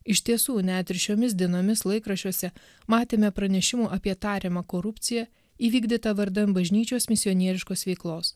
iš tiesų net ir šiomis dienomis laikraščiuose matėme pranešimų apie tariamą korupciją įvykdytą vardan bažnyčios misionieriškos veiklos